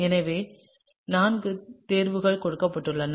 எனவே நான்கு தேர்வுகள் கொடுக்கப்பட்டுள்ளன